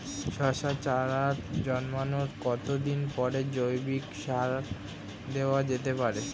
শশার চারা জন্মানোর কতদিন পরে জৈবিক সার দেওয়া যেতে পারে?